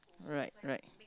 right right